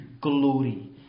glory